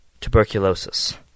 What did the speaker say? tuberculosis